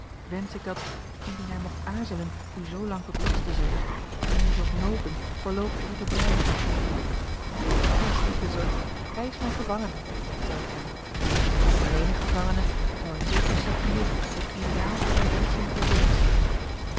wensch ik dat indien hij mogt aarzelen u zoo lang tot last te zijn gij hem zult nopen voorloopig hier te blijven wees niet bezorgd hij is mijn gevangene zeide emma menig gevangene zou in zulk een cipier het ideaal zijner wenschen vervuld zien